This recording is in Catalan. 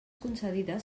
concedides